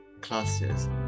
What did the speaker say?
classes